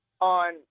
on